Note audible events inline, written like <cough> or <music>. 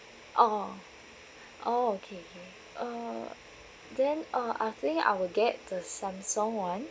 oh <breath> oh okay okay uh then uh I think I will get the Samsung [one]